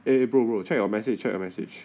eh bro bro check your message check your message